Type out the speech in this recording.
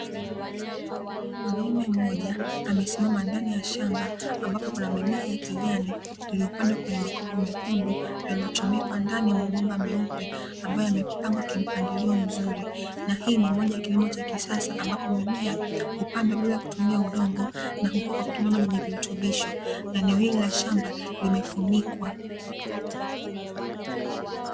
Mwanaume mmoja amesimama ndani ya shamba, ambapo kuna mimea ya kijani iliyopandwa kwenye makopo mekundu yaliyochomekwa ndani ya mabomba meupe, ambayo yamepangwa kimapangilio mzuri. Na hii ni moja ya kilimo cha kisasa ambapo mimea hupandwa bila ya kutumia udongo, na hukua kwa kutumia maji yenye virutubisho, na eneo hili la shamba limefunikwa.